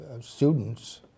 students